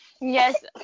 Yes